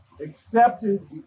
accepted